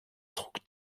trug